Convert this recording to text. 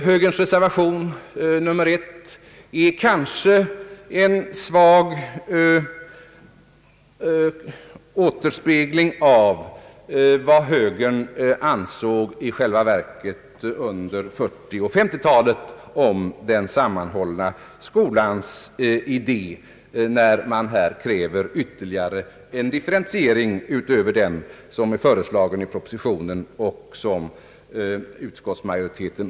Högerns reservation nr 1 innebär kanske en svag återspegling av vad högern ansåg om den sammanhållna skolans idé under 1940 och 1950-talen, när man här kräver en ytterligare differentiering utöver den som är föreslagen i propositionen och tillstyrkt av utskottsmajoriteten.